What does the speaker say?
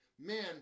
man